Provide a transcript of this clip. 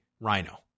Rhino